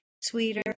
sweeter